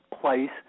place